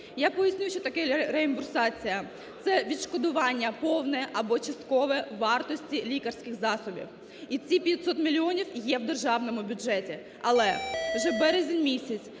Я поясню, що таке реімбурсація. Це відшкодування повне або часткове вартості лікарських засобів. І ці 500 мільйонів є в державному бюджеті. Але, вже березень місяць